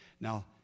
Now